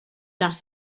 das